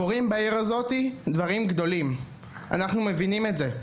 בעיר הזאת קורים דברים גדולים ואנחנו מבינים את זה,